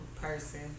person